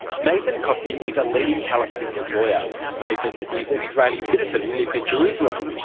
mazen qupty is a leading palestinian lawyer. mazen is an israeli citizen who lives in jerusalem.